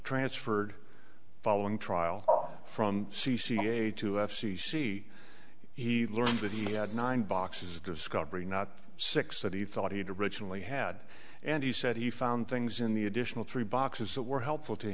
transferred following trial from c c a to f c c he learned that he had nine boxes of discovery not six that he thought he'd originally had and he said he found things in the additional three boxes that were helpful to